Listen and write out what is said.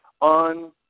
on